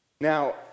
Now